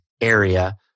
area